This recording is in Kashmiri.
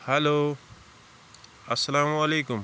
ہیٚلو السَلامُ علیکُم